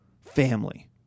family